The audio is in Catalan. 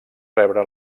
rebre